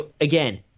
Again